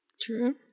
True